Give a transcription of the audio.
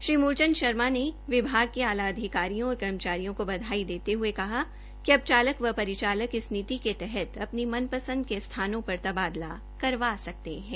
श्री मूलचंद शर्मा ने विभाग के आला अधिकारियों और कर्मचारियों को बधाई देते हुए कहा कि अब चालक व परिचालक इस नीति के तहत अपनी मनपसंद के स्थानों पर तबादला करवा सकेंगे